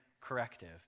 corrective